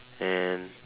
then